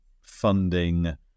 funding